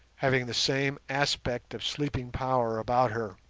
having the same aspect of sleeping power about her.